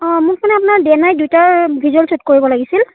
অ' মোক মানে আপোনাৰ ডে' নাইট দুইটা ভিজুৱেল শ্বুট কৰিব লাগিছিল